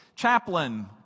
Chaplain